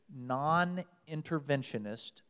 Non-Interventionist